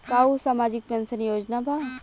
का उ सामाजिक पेंशन योजना बा?